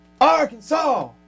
Arkansas